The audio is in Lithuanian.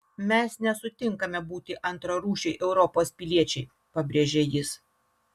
mes nesutinkame būti antrarūšiai europos piliečiai pabrėžė jis